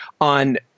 on